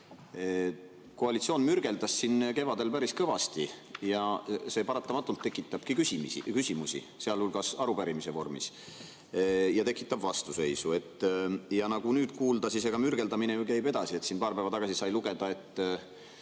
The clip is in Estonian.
Koalitsioon mürgeldas siin kevadel päris kõvasti, see paratamatult tekitabki küsimusi, sealhulgas arupärimise vormis, ja tekitab vastuseisu. Nagu nüüd kuulda, mürgeldamine käib ju edasi. Paar päeva tagasi sai lugeda, et